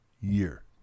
year